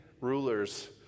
rulers